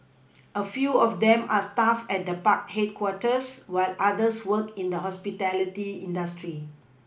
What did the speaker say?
a few of them are staff at the park headquarters while others work in the hospitality industry